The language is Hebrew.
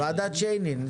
ועדת שיינין.